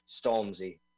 Stormzy